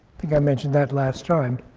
think i mentioned that last time.